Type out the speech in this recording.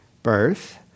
Birth